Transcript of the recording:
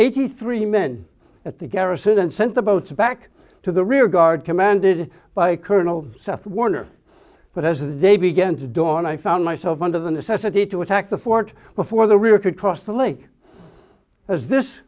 eighty three men at the garrison and sent the boats back to the rear guard commanded by colonel south warner but as they began to dawn i found myself under the necessity to attack the fort before the rear could cross the lake as this